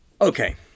Okay